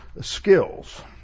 skills